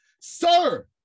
Sir